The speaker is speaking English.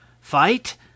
fight